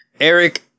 Eric